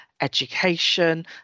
education